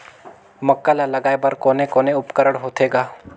मक्का ला लगाय बर कोने कोने उपकरण होथे ग?